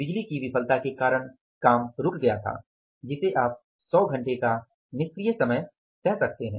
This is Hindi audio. बिजली की विफलता के कारण काम रुक गया था जिसे आप सौ घंटे का निष्क्रिय समय कह सकते हैं